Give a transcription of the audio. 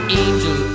angel